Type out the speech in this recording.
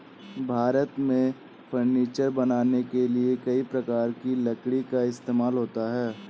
भारत में फर्नीचर बनाने के लिए कई प्रकार की लकड़ी का इस्तेमाल होता है